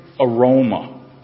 aroma